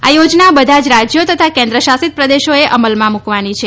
આ યોજના બધા જ રાજ્યો તથા કેન્દ્રશાસિત પ્રદેશોએ અમલમાં મૂકવાની છે